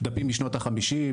דפים משנות ה-50,